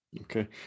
Okay